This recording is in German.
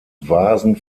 vasen